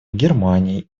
германии